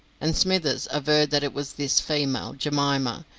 and smithers averred that it was this female, jemima,